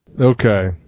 Okay